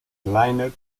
lineup